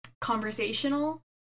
conversational